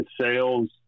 sales